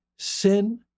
Sin